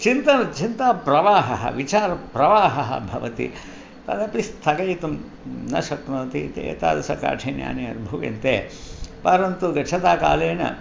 चिन्तन चिन्तनप्रवाहः विचारप्रवाहः भवति तदपि स्थगयितुं न शक्नोति इति एतादृशानि काठिन्यानि अनुभूयन्ते परन्तु गच्छता कालेन